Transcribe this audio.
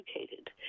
educated